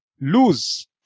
lose